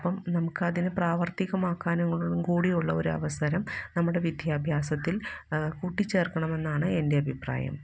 അപ്പം നമുക്കതിനെ പ്രാവര്ത്തികമാക്കാനും കൂടിയുള്ള ഒരു അവസരം നമ്മുടെ വിദ്യാഭ്യാസത്തില് കൂട്ടിച്ചേര്ക്കണമെന്നാണ് എന്റെ അഭിപ്രായം